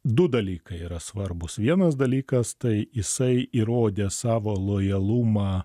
du dalykai yra svarbūs vienas dalykas tai jisai įrodė savo lojalumą